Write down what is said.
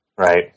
Right